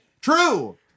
True